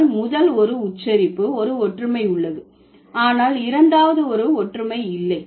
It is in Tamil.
ஆனால் முதல் ஒரு உச்சரிப்பு ஒரு ஒற்றுமை உள்ளது ஆனால் இரண்டாவது ஒரு ஒற்றுமை இல்லை